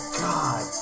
god